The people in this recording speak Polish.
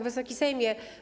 Wysoki Sejmie!